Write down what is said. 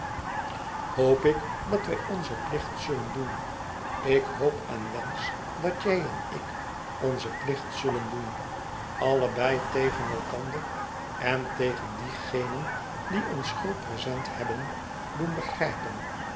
hoop ik dat wij onzen plicht zullen doen ik hoop en wensch dat jij en ik onzen plicht zullen doen allebei tegen elkander en tegen diegenen die ons gul present hebben doen begrijpen